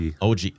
OG